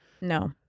no